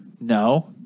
no